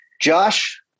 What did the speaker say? Josh